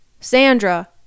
Sandra